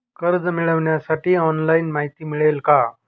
कर्ज मिळविण्यासाठी ऑनलाइन माहिती मिळेल का?